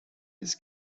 his